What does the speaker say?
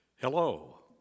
Hello